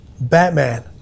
Batman